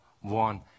one